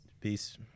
Peace